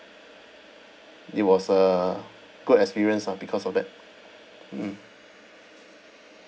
it was a good experience lah because of that mm